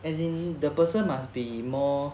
as in the person must be more